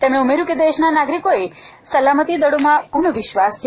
તેમણે ઉમેર્યું કે દેશના નાગરીકોને સલામતી દળોમાં પૂર્ણ વિશ્વાસ છે